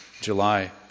July